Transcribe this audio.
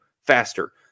faster